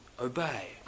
obey